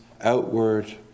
outward